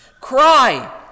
Cry